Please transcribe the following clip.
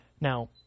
Now